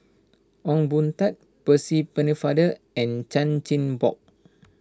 Ong Boon Tat Percy Pennefather and Chan Chin Bock